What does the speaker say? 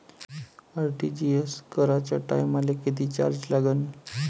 RTGS कराच्या टायमाले किती चार्ज लागन?